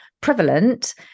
prevalent